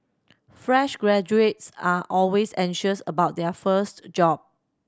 fresh graduates are always anxious about their first job